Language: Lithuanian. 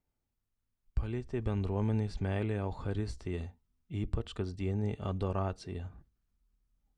palietė bendruomenės meilė eucharistijai ypač kasdienė adoracija